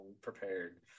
prepared